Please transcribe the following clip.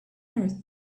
earth